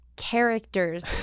characters